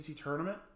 tournament